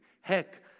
Heck